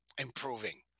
improving